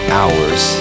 hours